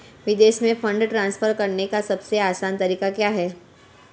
विदेश में fund transfer करने का सबसे आसान तरीका क्या है?